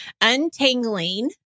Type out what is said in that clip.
untangling